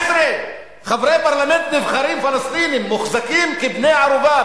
אבל 19 חברי פרלמנט נבחרים פלסטינים מוחזקים כבני-ערובה,